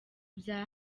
bya